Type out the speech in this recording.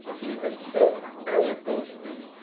even so our boasting,